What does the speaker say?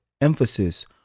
emphasis